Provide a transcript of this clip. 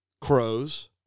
Crows